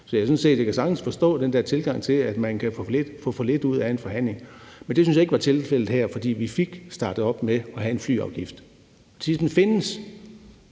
sådan set sagtens forstå den der tilgang til det, i forhold til at man kan få for lidt ud af en forhandling, men det synes jeg ikke var tilfældet her, fordi vi fik startet det op at have en flyafgift. Det vil